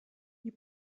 you